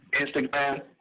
Instagram